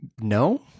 no